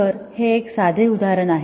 तर हे एक साधे उदाहरण आहे